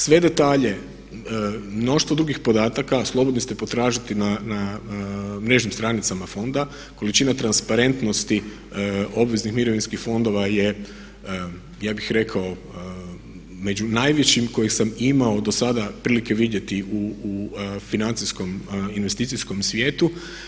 Sve detalje, mnoštvo drugi podataka slobodni ste potražiti na mrežnim stranicama fonda, količina transparentnosti obveznih mirovinskih fondova je ja bih rekao među najvećim kojeg sam imao do sada prilike vidjeti u financijskom investicijskom svijetu.